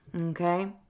Okay